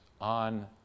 on